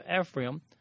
Ephraim